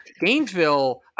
Gainesville